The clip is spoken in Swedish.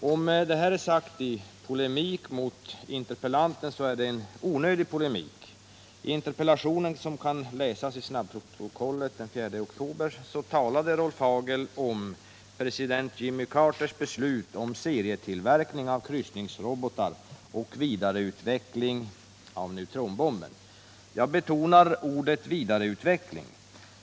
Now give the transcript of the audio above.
Om detta är sagt i polemik mot interpellanten, så är det en onödig polemik. I interpellationen, som kan läsas i snabbprotokollet för den 4 oktober, skriver Rolf Hagel om ”President Jimmy Carters beslut om serietillverkning av kryssningsrobotar och vidareutveckling av neutronbomben ——-—-.” Jag betonar ordet vidareutveckling.